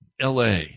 LA